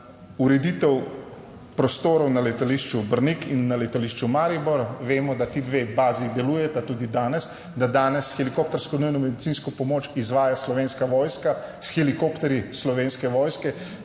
ureditev prostorov na letališču Brnik in na letališču Maribor. Vemo, da ti dve bazi delujeta tudi danes, da danes helikoptersko nujno medicinsko pomoč izvaja Slovenska vojska.